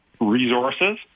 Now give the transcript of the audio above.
resources